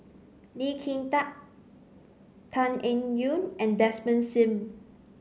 Lee Kin Tat Tan Eng Yoon and Desmond Sim